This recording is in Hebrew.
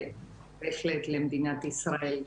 ובהחלט למדינת ישראל.